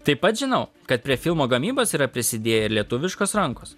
taip pat žinau kad prie filmo gamybos yra prisidėję ir lietuviškos rankos